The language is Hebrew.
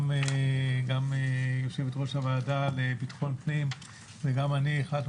גם יושבת-ראש הוועדה לביטחון פנים וגם אני החלטנו